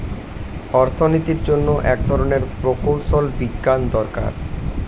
অর্থনীতির জন্য এক ধরনের প্রকৌশল বিজ্ঞান দরকার